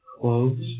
Clothes